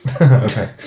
Okay